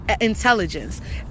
intelligence